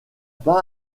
pas